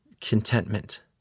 contentment